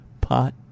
pot